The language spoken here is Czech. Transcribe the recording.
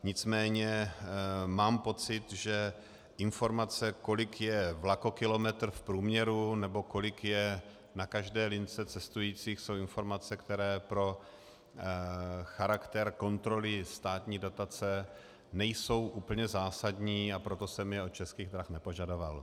Nicméně mám pocit, že informace, kolik je vlakokilometr v průměru nebo kolik je na každé lince cestujících jsou informace, které pro charakter kontroly státní dotace nejsou úplně zásadní, a proto jsem je od Českých drah nepožadoval.